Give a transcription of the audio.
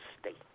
State